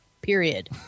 period